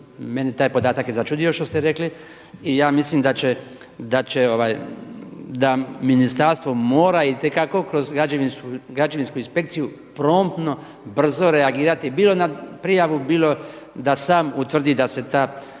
meni taj podatak je začudio što ste rekli i ja mislim da će, da ministarstvo mora itekako kroz građevinsku inspekciju promptno brzo reagirati bilo na prijavu, bilo da sam utvrdi da se ta